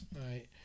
right